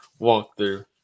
walkthrough